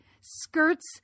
skirts